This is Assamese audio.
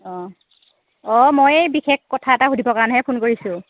অঁ অঁ মই বিশেষ কথা এটা সুধিবৰ কাৰণেহে ফোন কৰিছোঁ